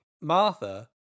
Martha